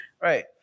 right